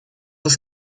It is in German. ist